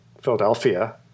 Philadelphia